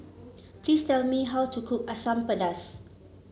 please tell me how to cook Asam Pedas